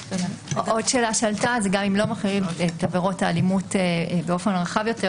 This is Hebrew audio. עוד שאלה שעלתה גם אם לא מרחיב את עבירות האלימות באופן רחב יותר,